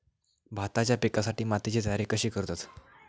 भाताच्या पिकासाठी मातीची तयारी कशी करतत?